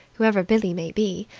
whoever billie may be.